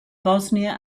bosnia